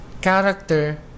character